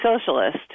socialist